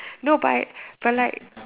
no but but like